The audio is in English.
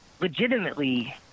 legitimately